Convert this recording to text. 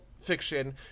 fiction